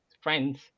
friends